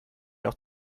auch